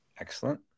excellent